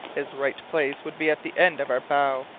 his right place would be at the end of our bow,